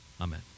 amen